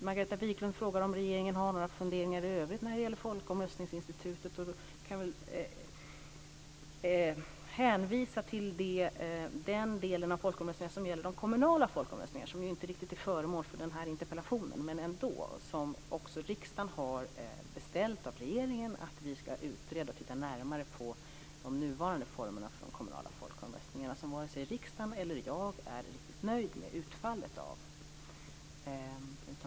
Margareta Viklund frågar om regeringen har några funderingar i övrigt när det gäller folkomröstningsinstitutet. Jag kan hänvisa till den del som gäller de kommunala folkomröstningarna. De är ju inte riktigt föremål för den här interpellationen. Men riksdagen har ändå beställt av regeringen att den ska utreda och titta närmare på de nuvarande formerna för de kommunala folkomröstningarna, som varken riksdagen eller jag är riktigt nöjd med utfallet av.